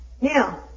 Now